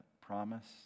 promise